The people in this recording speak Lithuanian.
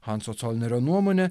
hanso colnerio nuomone